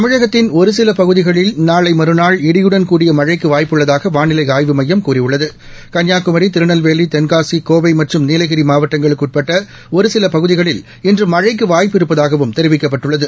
தமிழகத்தின் ஒருசில பகுதிகளில் நாளை மறுநாள் இடியுடன் கூடிய மழைக்கு வாய்ப்பு உள்ளதாக வானிலை ஆய்வு மையம் கூறியுள்ளது கன்னியாகுமரி திருநெல்வேலி தென்காசி கோவை மற்றும் நீலகிரி மாவட்டங்களுக்கு உட்பட்ட ஒரு சில பகுதிகளில் இன்று மழைக்கு வாய்ப்பு இருப்பதாகவும் தெரிவிக்கப்பட்டுள்ளது